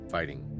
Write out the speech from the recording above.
Fighting